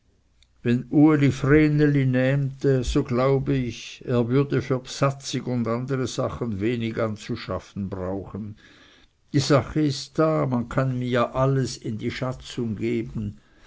wenn uli vreneli nähmte so glaube ich er würde für bsatzig und andere sachen wenig anzuschaffen brauchen die sache ist da man kann ihm ja alles in die schatzung geben